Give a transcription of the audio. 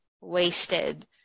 wasted